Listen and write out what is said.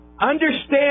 understand